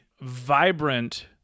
vibrant